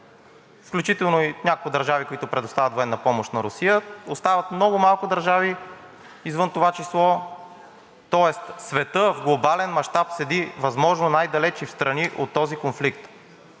включително и някои държави, които предоставят военна помощ на Русия, остават много малко държави извън това число, тоест светът в глобален мащаб седи възможно най-далеч и встрани от този конфликт.